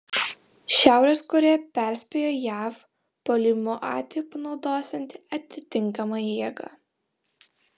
šiaurės korėja perspėjo jav puolimo atveju panaudosianti atitinkamą jėgą